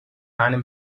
einem